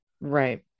Right